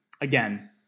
again